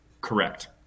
Correct